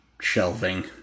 shelving